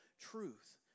truth